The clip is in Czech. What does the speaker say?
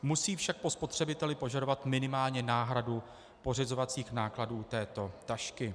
Musí však po spotřebiteli požadovat minimálně náhradu pořizovacích nákladů této tašky.